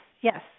yes